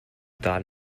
dot